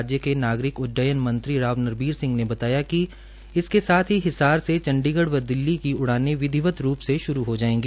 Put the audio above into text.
राज्य के नागरिक उड़डयन मंत्री राव नरवीर सिंह ने बताया कि इसके साथ ही हिसार से चंडीगढ़ व दिल्ली की उड़ाने विधिवत रूप से हो जायेगी